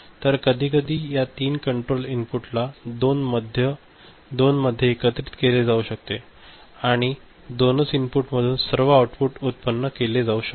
तर कधीकधी या तीन कंट्रोल इनपुटला दोन मध्ये एकत्रित केले जाऊ शकते आणि दोनच इनपुटमधून सर्व आउटपुट व्युत्पन्न केले जाऊ शकते